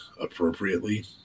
appropriately